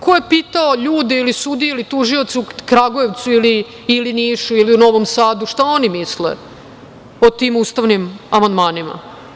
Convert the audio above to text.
Ko je pitao ljude ili sudije ili tužioce u Kragujevcu ili Nišu ili Novom Sadu šta oni misle o tim ustavnim amandmanima?